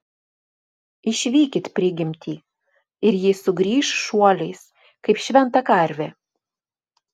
išvykit prigimtį ir ji sugrįš šuoliais kaip šventa karvė